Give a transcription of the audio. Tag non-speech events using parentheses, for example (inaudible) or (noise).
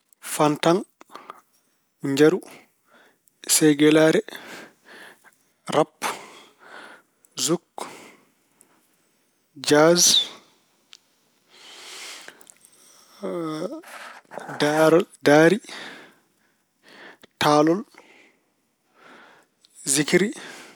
Faŋtaŋ, njaru, seygeraare, rap, juk, jaas, (hesitation) daa- daari, taalol, jikiri.